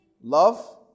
love